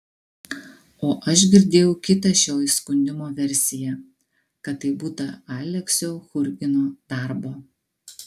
o aš girdėjau kitą šio įskundimo versiją kad tai būta aleksio churgino darbo